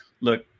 look